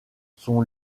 son